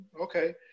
okay